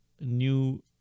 new